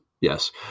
Yes